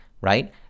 right